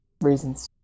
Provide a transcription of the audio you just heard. Reasons